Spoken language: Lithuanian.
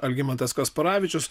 algimantas kasparavičius